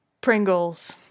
Pringles